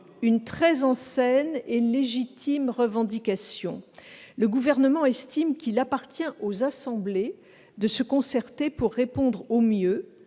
très ancienne et légitime, le Gouvernement estime qu'il appartient aux assemblées de se concerter pour répondre au mieux,